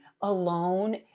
alone